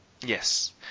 Yes